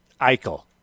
Eichel